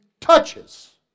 touches